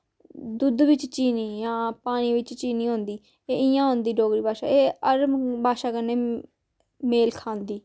दुद्ध बिच्च चीनी जां जि'यां पानी बिच्च चीनी होंदी इ'यां होंदी डोगरी भाशा एह् हर भाशा कन्नै मेल खांदी